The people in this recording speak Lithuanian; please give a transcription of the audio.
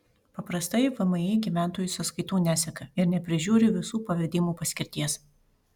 paprastai vmi gyventojų sąskaitų neseka ir neprižiūri visų pavedimų paskirties